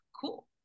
Cool